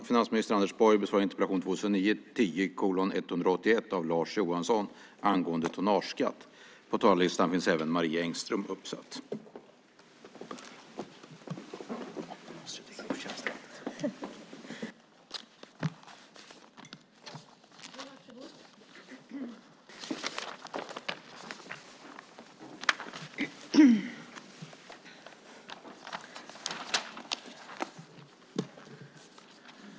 Fru talman!